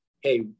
hey